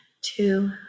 two